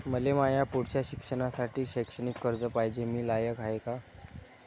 मले माया पुढच्या शिक्षणासाठी शैक्षणिक कर्ज पायजे, मी लायक हाय का?